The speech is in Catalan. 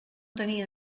tenia